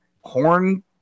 horn